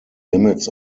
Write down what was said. limits